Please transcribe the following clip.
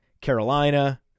Carolina